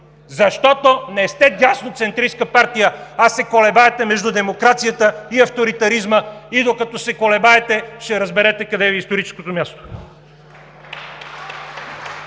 защото не сте дясноцентристка партия, а се колебаете между демокрацията и авторитаризма. И докато се колебаете, ще разберете къде Ви е историческото място.